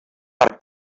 per